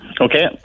Okay